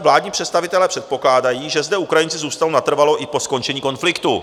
Vládní představitelé předpokládají, že zde Ukrajinci zůstanou natrvalo i po skončení konfliktu.